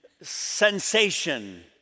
sensation